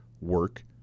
work